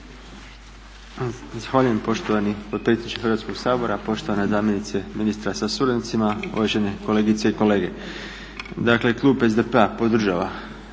Zahvaljujem poštovani potpredsjedniče Hrvatskoga sabora, poštovana zamjenice ministra sa suradnicima, uvažene kolegice i kolege. Dakle klub SDP-a podržava